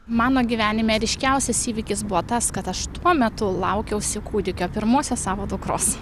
mano gyvenime ryškiausias įvykis buvo tas kad aš tuo metu laukiausi kūdikio pirmosios savo dukros